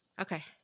Okay